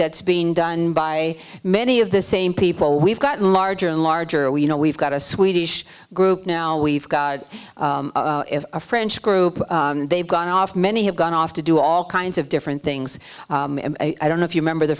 that's been done by many of the same people we've gotten larger and larger we you know we've got a swedish group now we've got a french group and they've gone off many have gone off to do all kinds of different things i don't know if you remember the